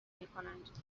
میکنند